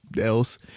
else